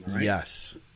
Yes